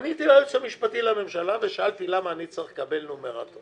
אז פניתי ליועץ המשפטי לממשלה ושאלתי למה אני צריך לקבל נומרטור.